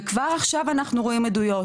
וכבר עכשיו אנחנו רואים עדויות